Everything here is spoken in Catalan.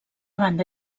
banda